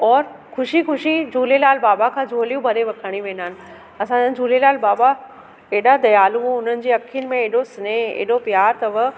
ओर ख़ुशी ख़ुशी झूलेलाल बाबा खां झोलियूं भरे ब खणी वेंदा आहिनि असांजा झूलेलाल बाबा एॾा दयालू हुननि जे अख़ियुनि में एॾो स्नेह एॾो प्यारु अथव